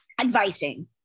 advising